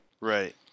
right